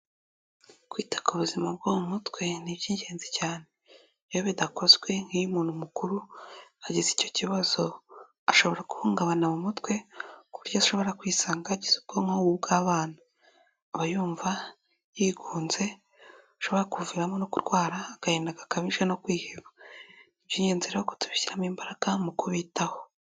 Kwita ku buzima bwo mu mutwe ni iby'ingenzi cyane, iyo bidakozwe nk'iyumuntu mukuru agize icyo kibazo ashobora guhungabana mu mutwe, ku buryo ashobora kwisanga yagize ubwonko nk'uw'abana, aba yumva yigunze, bishobora kumuviramo no kurwara agahinda gakabije no kwiheba, niby'ingenzi rero ko tubishyiramo imbaraga mu kubitaho.